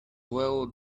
well